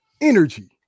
Energy